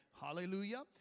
hallelujah